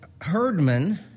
herdman